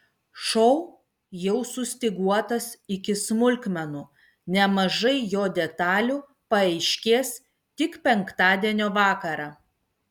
šou jau sustyguotas iki smulkmenų nemažai jo detalių paaiškės tik penktadienio vakarą